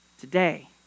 Today